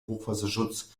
hochwasserschutz